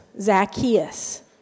Zacchaeus